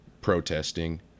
protesting